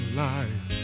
life